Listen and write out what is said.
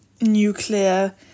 Nuclear